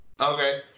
Okay